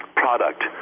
product